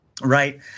right